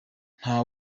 nta